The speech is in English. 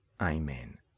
Amen